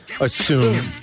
assume